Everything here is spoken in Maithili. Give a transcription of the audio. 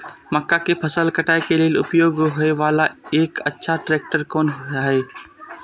मक्का के फसल काटय के लिए उपयोग होय वाला एक अच्छा ट्रैक्टर कोन हय?